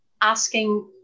asking